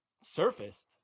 surfaced